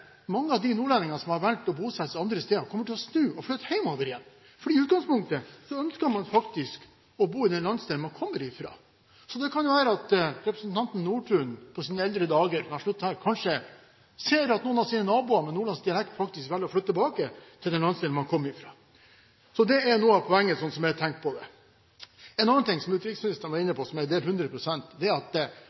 mange av de nordlendingene som har valgt å bosette seg andre steder, kommer til å snu og flytte hjemover igjen. I utgangspunktet ønsker man faktisk å bo i den landsdelen man kommer fra. Det kan være at representanten Nordtun på sine eldre dager, når han slutter her, kanskje ser at noen av hans naboer med nordlandsdialekt faktisk velger å flytte tilbake til den landsdelen de kommer fra. Det er noe av poenget, slik jeg tenker på det. Noe annet som utenriksministeren var inne på, som jeg deler 100 pst., er at